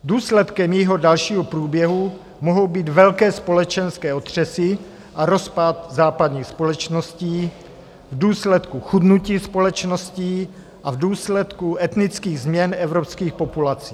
Důsledkem jejího dalšího průběhu mohou být velké společenské otřesy a rozpad západních společností v důsledku chudnutí společností a v důsledku etnických změn evropských populací.